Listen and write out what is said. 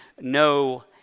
no